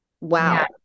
Wow